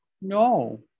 No